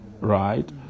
right